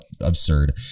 absurd